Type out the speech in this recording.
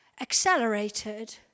accelerated